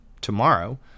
tomorrow